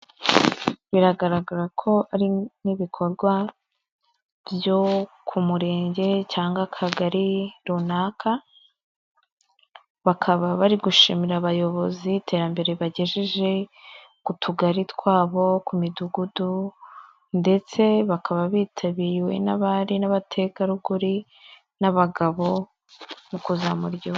Biragaragara ko ari n'ibikorwa byo ku murenge cyangwa akagari runaka, bakaba bari gushimira abayobozi iterambere bagejeje ku tugari twabo, ku midugudu ndetse bakaba bitabiriwe n'abari n'abategarugori n'abagabo